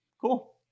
Cool